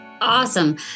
Awesome